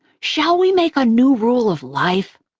shall we make a new rule of life,